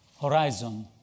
horizon